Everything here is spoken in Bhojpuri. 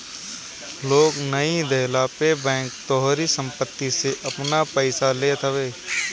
लोन नाइ देहला पे बैंक तोहारी सम्पत्ति से आपन पईसा लेत हवे